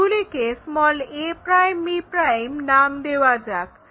এগুলিকে a'b' নাম দেওয়া যাক